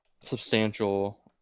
substantial